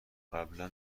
قبلا